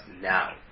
now